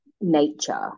nature